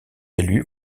élus